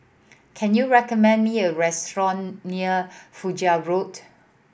can you recommend me a restaurant near Fajar Road